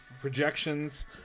projections